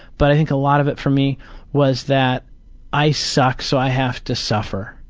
but i think a lot of it for me was that i suck, so i have to suffer.